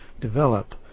develop